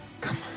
Come